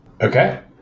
Okay